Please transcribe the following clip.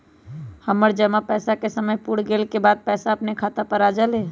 हमर जमा पैसा के समय पुर गेल के बाद पैसा अपने खाता पर आ जाले?